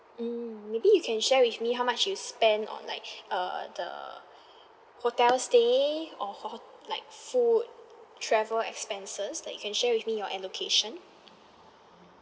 mm maybe you can share with me how much you spend on like uh the hotel stay or ho~ like food travel expenses like you can share with me your allocation